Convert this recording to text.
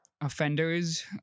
offenders